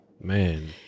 Man